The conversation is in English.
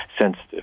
sensitive